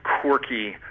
quirky